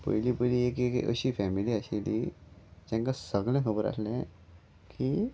पयलीं पयली एक अशी फॅमिली आशिल्ली जांकां सगळें खबर आसलें की